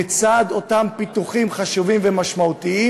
לצד אותם פיתוחים חשובים ומשמעותיים,